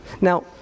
Now